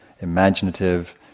imaginative